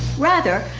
rather,